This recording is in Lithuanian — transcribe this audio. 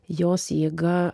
jos jėga